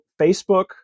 Facebook